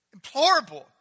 implorable